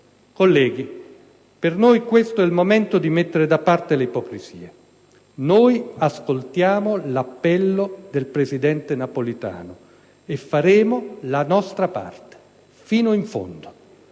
Colleghi, per noi questo è il momento di mettere da parte le ipocrisie: noi ascoltiamo l'appello del presidente Napolitano e faremo la nostra parte, fino in fondo.